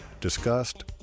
discussed